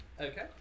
Okay